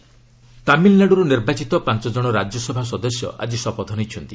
RS MP ତାମିଲନାଡ଼ୁରୁ ନିର୍ବାଚିତ ପାଞ୍ଚ କଣ ରାଜ୍ୟସଭା ସଦସ୍ୟ ଆଜି ଶପଥ ନେଇଛନ୍ତି